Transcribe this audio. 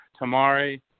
tamari